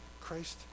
christ